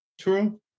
True